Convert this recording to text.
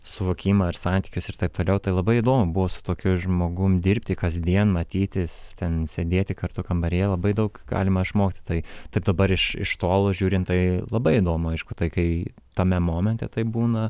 suvokimą ir santykius ir taip toliau tai labai įdomu buvo su tokiu žmogum dirbti kasdien matytis ten sėdėti kartu kambaryje labai daug galima išmokti tai tai dabar iš iš tolo žiūrint tai labai įdomu aišku tai kai tame momente taip būna